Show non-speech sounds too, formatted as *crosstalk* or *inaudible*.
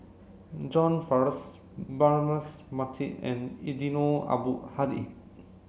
John *unintelligible* Braema Mathi and Eddino Abdul Hadi *noise*